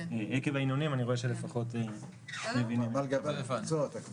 עקב ההנהונים אני רואה שלפחות מבינים --- מעולה,